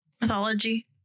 mythology